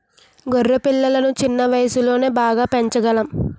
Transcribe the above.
గొర్రె పిల్లలను చిన్న వయసులోనే బాగా పెంచగలం